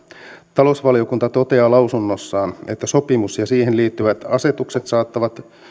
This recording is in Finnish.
talousvaliokunta toteaa lausunnossaan että sopimus ja siihen liittyvät asetukset saattavat